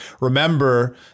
remember